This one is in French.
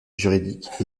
juridiques